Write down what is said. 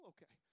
Okay